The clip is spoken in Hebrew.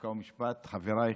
חוק ומשפט, חבריי